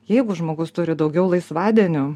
jeigu žmogus turi daugiau laisvadienių